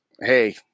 hey